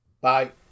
Bye